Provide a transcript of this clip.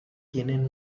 tienen